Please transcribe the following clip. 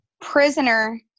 prisoner